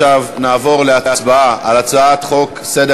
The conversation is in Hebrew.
אנחנו נעבור להצבעה על הצעת חוק סדר